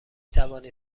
توانید